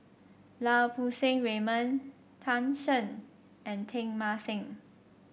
Lau Poo Seng Raymond Tan Shen and Teng Mah Seng